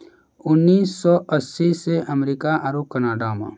उन्नीस सौ अस्सी से अमेरिका आरु कनाडा मे